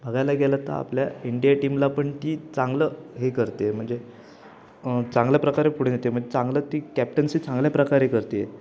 बघायला गेलं तर आपल्या इंडिया टीमला पण ती चांगलं हे करते म्हणजे चांगल्या प्रकारे पुढे नेते मग चांगलं ती कॅप्टन्सी चांगल्या प्रकारे करते